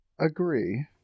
agree